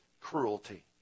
cruelty